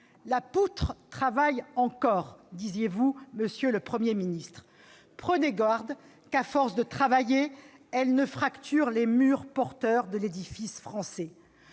La poutre travaille encore », disiez-vous, monsieur le Premier ministre. C'est vrai ! Prenez garde qu'à force de travailler elle ne fracture les murs porteurs de l'édifice français